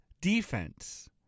defense